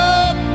up